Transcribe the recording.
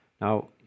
Now